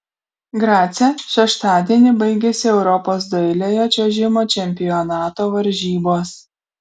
grace šeštadienį baigėsi europos dailiojo čiuožimo čempionato varžybos